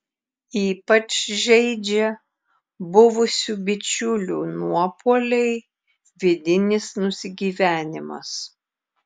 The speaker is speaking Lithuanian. ypač žeidžia buvusių bičiulių nuopuoliai vidinis nusigyvenimas